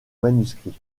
manuscrit